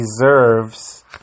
deserves